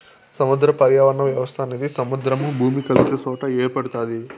సముద్ర పర్యావరణ వ్యవస్థ అనేది సముద్రము, భూమి కలిసే సొట ఏర్పడుతాది